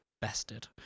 bested